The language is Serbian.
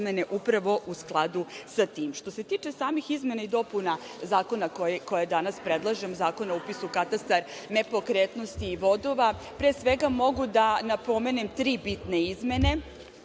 upravo u skladu sa tim. Što se tiče samih izmena i dopuna zakona koje danas predlažem, Zakona o upisu u katastar nepokretnosti i vodova, pre svega mogu da napomenem tri bitne izmene.